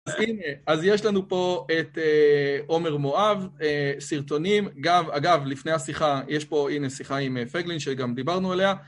הנה, אז יש לנו פה את עומר מואב, סרטונים. גם, אגב, לפני השיחה, יש פה, הנה, שיחה עם פייגלין, שגם דיברנו עליה.